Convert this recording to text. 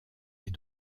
est